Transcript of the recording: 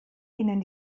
ihnen